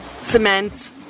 cement